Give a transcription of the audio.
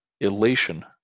elation